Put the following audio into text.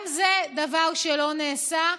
גם זה דבר שלא נעשה.